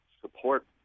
support